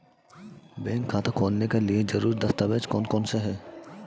Bank खाता खोलने के लिए ज़रूरी दस्तावेज़ कौन कौनसे हैं?